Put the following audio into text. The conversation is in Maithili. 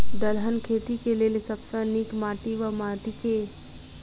दलहन खेती केँ लेल सब सऽ नीक माटि वा माटि केँ?